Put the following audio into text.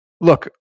look